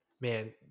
Man